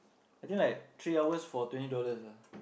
I think like three hours for twenty dollars ah